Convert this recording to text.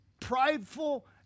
prideful